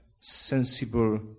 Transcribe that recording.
sensible